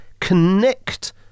connect